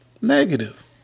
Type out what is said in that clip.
negative